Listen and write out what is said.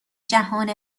جهان